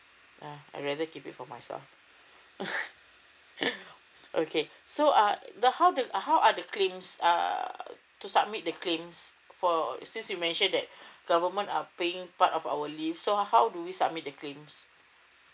uh I rather keep it for myself okay so uh the how how are the claims err to submit the claims for since you mentioned that the govenment uh paying part of our leave so how do we submit claims